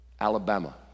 Alabama